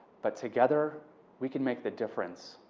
but together we can make the difference.